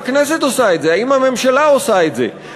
האם הממשלה עושה את זה?